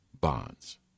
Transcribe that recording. bonds